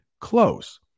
close